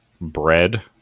bread